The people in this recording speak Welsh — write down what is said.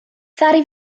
ddaru